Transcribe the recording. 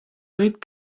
rit